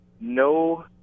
No